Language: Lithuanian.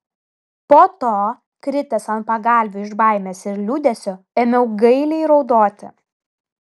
po to kritęs ant pagalvių iš baimės ir liūdesio ėmiau gailiai raudoti